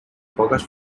poques